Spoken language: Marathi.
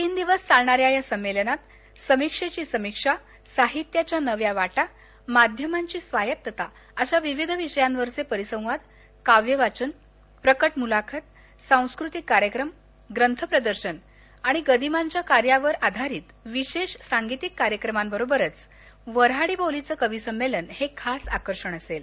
तीन दिवस चालणाऱ्या या संमेलनात समीक्षेची समीक्षा साहित्याच्या नव्या वाटा माध्यमांची स्वायत्तता अशा विविध विषयांवरचे परिसंवाद काव्य वाचन प्रकट मुलाखत सांस्कृतिक कार्यक्रम ग्रंथप्रदर्शन आणि गदिमांच्या कार्यावर आधारीत विशेष सांगीतिक कार्यक्रमांबरोबरच वऱ्हाडी बोलीचं कवी संमेलन हे खास आकर्षण असेल